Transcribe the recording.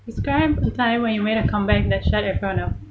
describe a time when you made a comeback that shut everyone up